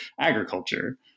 agriculture